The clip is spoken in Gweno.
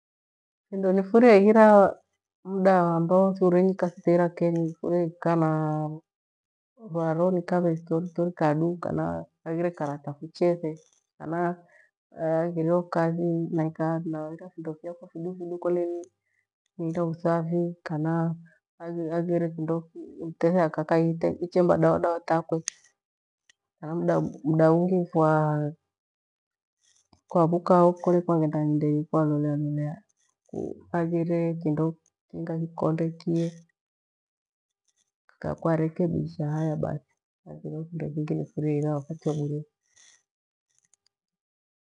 Vindo nifurie ihira muda ambao thiurenyi kathi tehira kenyi nifurie iikaa na varoo nikave stori kado kole haghire karata fuchethe kana haghireho kathi naikaa naira vindo vyakwa viduuidu tha uthafi, imetethea kana ichemba dawa takwe. Mda ungi kole kwavuka ho kwaghenda nyidenyi kwalolealobea ku haghire kindo kinga kikondekie kwa rekebisha haya bathi haghireho kindo kingi nifurie ihira wakati wa bure nyi